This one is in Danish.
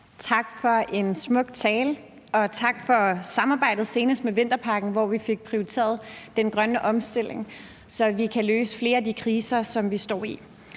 Tak for en smuk tale, og tak for samarbejdet, senest med vinterpakken, hvor vi fik prioriteret den grønne omstilling, så vi kan løse flere af de kriser, som vi står i.